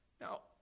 now